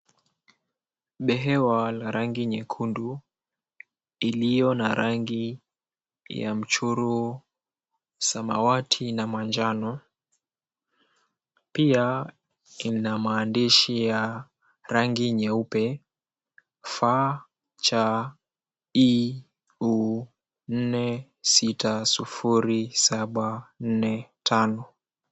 Behewa la rangi nyekundu iliyo na rangi ya mchoro samawati na manjano. Pia ina maandishi ya rangi nyeupe "FH IO460745".